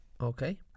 Okay